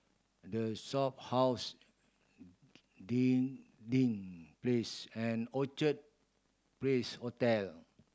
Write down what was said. The Shophouse Dinding Place and Orchard Place Hotel